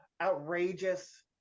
outrageous